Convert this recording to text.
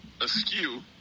askew